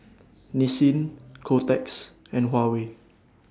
Nissin Kotex and Huawei